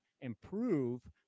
improve